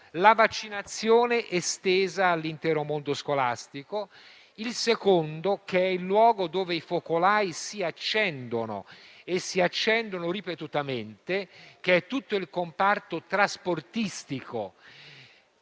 la vaccinazione estesa all'intero mondo scolastico. Il secondo è il luogo dove i focolai si accendono, e ripetutamente, che è tutto il comparto trasportistico.